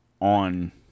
on